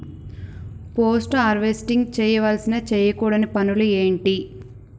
Post harvesting చేయవలసిన చేయకూడని పనులు ఏంటి?